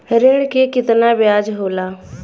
ऋण के कितना ब्याज होला?